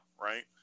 right